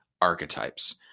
archetypes